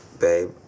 babe